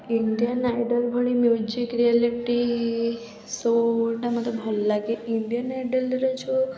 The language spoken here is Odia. ଇଣ୍ଡିଆନ୍ ଆଇଡଲ୍ ଭଳି ମ୍ୟୁଜିକ୍ ରିଆଲିଟି ଶୋଟା ମୋତେ ଭଲ ଲାଗେ ଇଣ୍ଡିଆନ୍ ଆଇଡ଼ଲ୍ରେ ଯେଉଁ